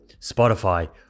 Spotify